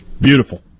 Beautiful